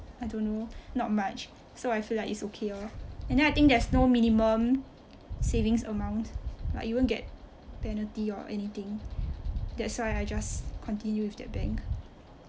i don't know not much so I feel like it's okay lor and then I think there is no minimum savings amount like you won't get penalty or anything that's why I just continue with that bank